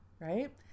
right